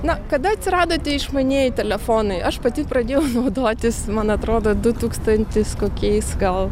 na kada atsirado tie išmanieji telefonai aš pati pradėjau naudotis man atrodo du tūkstantis kokiais gal